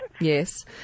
Yes